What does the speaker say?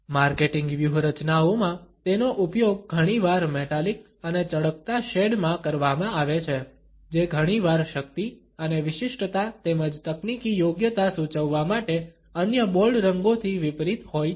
marketing વ્યૂહરચનાઓમાં તેનો ઉપયોગ ઘણીવાર મેટાલિક અને ચળકતા શેડ માં કરવામાં આવે છે જે ઘણીવાર શક્તિ અને વિશિષ્ટતા તેમજ તકનીકી યોગ્યતા સૂચવવા માટે અન્ય બોલ્ડ રંગોથી વિપરીત હોય છે